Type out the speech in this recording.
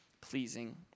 pleasing